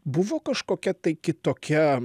buvo kažkokia tai kitokia